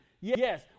Yes